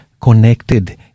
connected